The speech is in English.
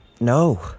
No